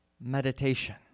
meditation